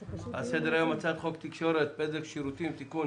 והצעת חוק התקשורת (בזק ושידורים) (תיקון